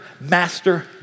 master